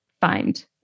find